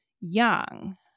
young